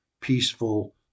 peaceful